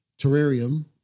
Terrarium